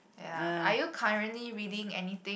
ya are you currently reading anything